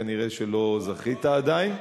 כנראה, לא זכית עדיין.